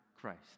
Christ